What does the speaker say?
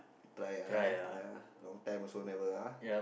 try ah try eh long time also never ah